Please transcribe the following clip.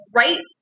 right